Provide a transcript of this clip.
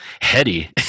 heady